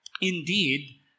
Indeed